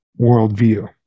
worldview